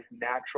natural